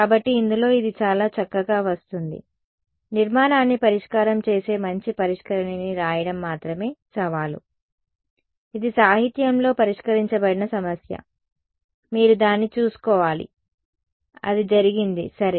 కాబట్టి ఇందులో ఇది చాలా చక్కగా వస్తుంది నిర్మాణాన్ని పరిష్కారం చేసే మంచి పరిష్కరిణిని రాయడం మాత్రమే సవాలు ఇది సాహిత్యంలో పరిష్కరించబడిన సమస్య మీరు దాన్ని చూసుకోవాలి అది జరిగింది సరే